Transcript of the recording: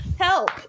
help